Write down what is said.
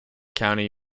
county